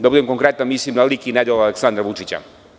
Da budem konkretan, mislim na lik i nedela Aleksandra Vučića.